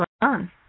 on